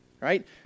right